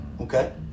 Okay